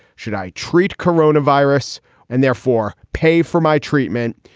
should i treat corona virus and therefore pay for my treatment?